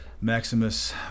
Maximus